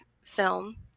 film